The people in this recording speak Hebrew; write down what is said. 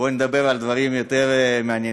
בואו נדבר על דברים יותר מעניינים.